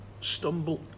stumble